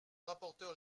rapporteur